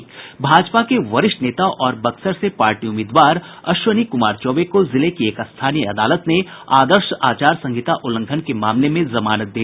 भाजपा के वरिष्ठ नेता और बक्सर से पार्टी उम्मीदवार अश्विनी कुमार चौबे को जिले की एक स्थानीय अदालत में आदर्श आचार संहिता उल्लंघन के मामले में जमानत दे दी है